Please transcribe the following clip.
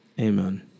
Amen